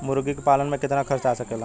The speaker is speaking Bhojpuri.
मुर्गी पालन में कितना खर्च आ सकेला?